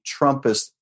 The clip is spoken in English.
Trumpist